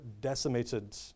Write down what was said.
decimated